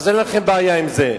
ואין לכם בעיה עם זה.